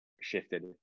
shifted